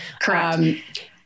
Correct